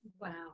Wow